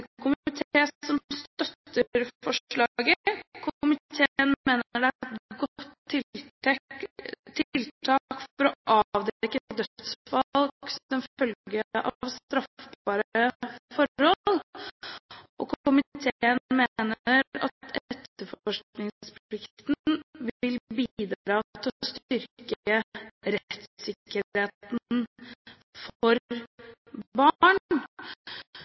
forslaget. Komiteen mener at det er et godt tiltak for å avdekke dødsfall som følge av straffbare forhold. Komiteen mener at etterforskningsplikten vil bidra til å styrke rettssikkerheten